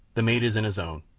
the mate is in his own,